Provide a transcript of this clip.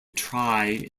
try